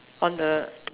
on the